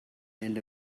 and